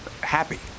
happy